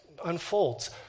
unfolds